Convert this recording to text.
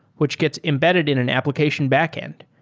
which gets embedded in an application backend.